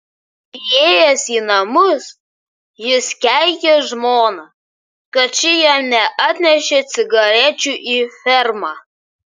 įėjęs į namus jis keikė žmoną kad ši jam neatnešė cigarečių į fermą